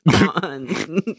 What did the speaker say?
on